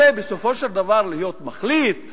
יישוב רוצה בסופו של דבר להיות המחליט,